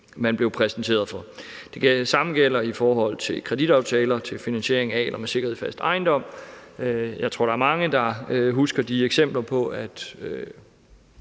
man blev præsenteret for. Det samme gælder i forhold til kreditaftaler til finansiering af eller med sikkerhed i fast ejendom. Jeg tror, at der er mange, der husker de eksempler,